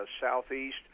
southeast